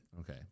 Okay